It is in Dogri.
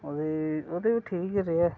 ओह्दे ओह्दे बी ठीक गै रेहा